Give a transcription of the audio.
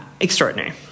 Extraordinary